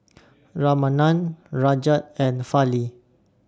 Ramanand Rajat and Fali